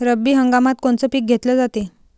रब्बी हंगामात कोनचं पिक घेतलं जाते?